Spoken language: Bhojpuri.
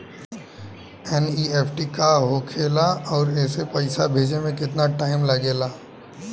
एन.ई.एफ.टी का होखे ला आउर एसे पैसा भेजे मे केतना टाइम लागेला?